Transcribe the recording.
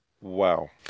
Wow